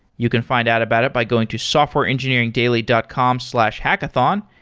you can find out about it by going to softwareengineeringdaily dot com slash hackathon.